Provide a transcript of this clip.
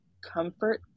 comfort